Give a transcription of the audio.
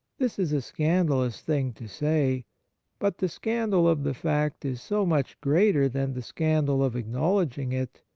this is a scandalous thing to say but the scandal of the fact is so much greater than the scandal of acknowledging it,